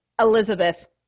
Elizabeth